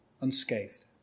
unscathed